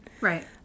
right